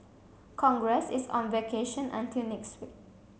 congress is on vacation until next week